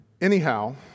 Anyhow